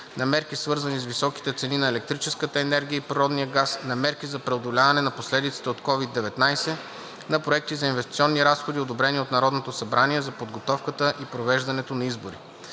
на мерки, свързани с високите цени на електрическата енергия и природния газ, на мерки за преодоляване на последиците от COVID-19, на проекти за инвестиционни разходи, одобрени от Народното събрание, за подготовката и произвеждането на избори.